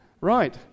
Right